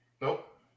Nope